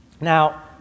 Now